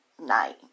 night